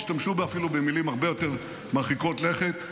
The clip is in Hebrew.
השתמשו אפילו במילים הרבה יותר מרחיקות לכת.